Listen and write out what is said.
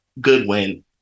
Goodwin